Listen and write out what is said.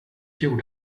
gjorde